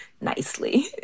nicely